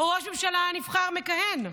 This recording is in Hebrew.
ראש ממשלה נבחר מכהן.